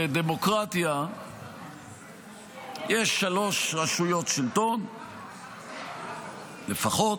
בדמוקרטיה יש שלוש רשויות שלטון לפחות,